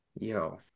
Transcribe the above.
Yo